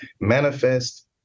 manifest